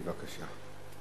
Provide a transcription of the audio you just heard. בבקשה.